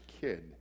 kid